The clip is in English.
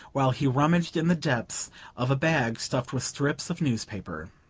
while he rummaged in the depths of a bag stuffed with strips of newspaper.